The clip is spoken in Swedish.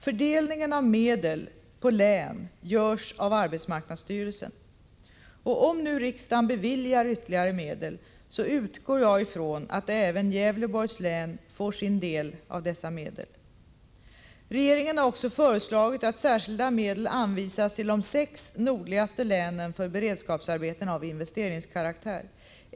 Fördelningen av medel på län görs av arbetsmarknadsstyrelsen. Om nu riksdagen beviljar ytterligare medel utgår jag ifrån att även Gävleborgs län får sin del av dessa medel. Regeringen har också föreslagit att särskilda medel anvisas till de sex nordligaste länen för beredskapsarbeten av investeringskaraktär.